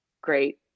great